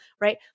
right